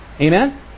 Amen